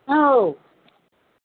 ꯍꯥꯎ